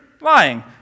Lying